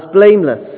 blameless